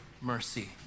mercy